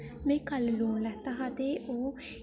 मैं कल लून लैत्ता हा ते ओह्